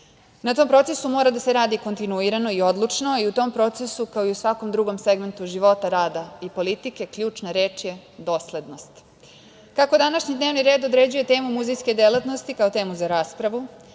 tom procesu mora da se radi kontinuirano i odlučno a i u tom procesu, kao i u svakom drugom segmentu života, rada i politike, ključna reč je doslednost. Kako današnji dnevni red određuje temu muzejske delatnosti kao temu za raspravu,